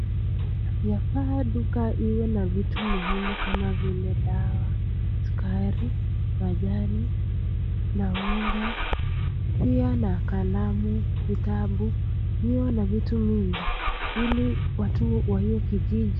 Yafaa duka iwe na vitu muhimu kama vile dawa, sukari, majani na unga, pia na kalamu, vitabu iwe na vitu mingi ili watu wa hiyo kijiji.